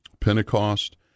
Pentecost